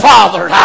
Father